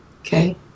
okay